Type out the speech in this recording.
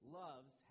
loves